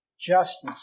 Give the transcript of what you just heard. justice